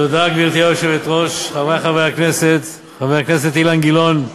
הכנסת, חבר הכנסת אילן גילאון,